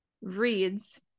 reads